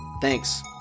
thanks